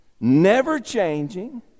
never-changing